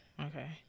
okay